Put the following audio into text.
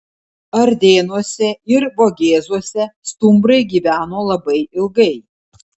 ardėnuose ir vogėzuose stumbrai gyveno labai ilgai